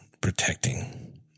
protecting